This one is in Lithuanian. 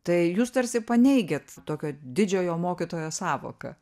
tai jūs tarsi paneigiat tokio didžiojo mokytojo sąvoką